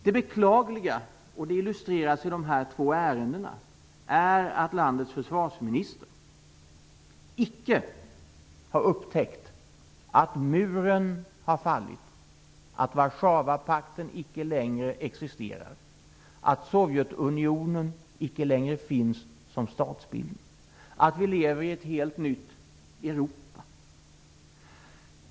Det beklagliga - det illustreras i de här två ärendena - är att landets försvarsminister icke har upptäckt att muren har fallit, att Warszawapakten icke längre existerar, att Sovjetunionen icke längre finns som statsbildning och att vi lever i ett helt nytt Europa.